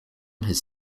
has